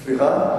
סליחה?